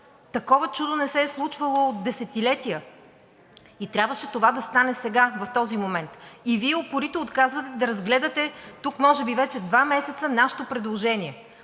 Такова чудо не се е случвало от десетилетия и това трябваше да стане сега в този момент и Вие упорито отказвате да разгледате тук – може би два месеца, нашето предложение.